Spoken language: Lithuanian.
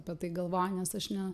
apie tai galvoji nes aš ne